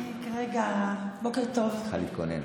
אני כרגע, צריכה להתכונן.